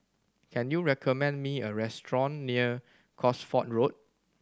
can you recommend me a restaurant near Cosford Road